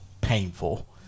painful